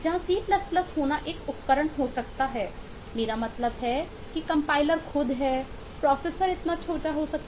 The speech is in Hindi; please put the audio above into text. सी पर नहीं चल सकता है